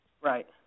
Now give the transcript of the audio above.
Right